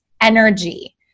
energy